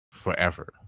forever